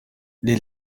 les